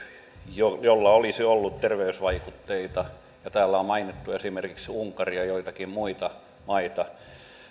jolla olisi ollut terveysvaikutteita täällä on mainittu esimerkiksi unkari ja joitakin muita maita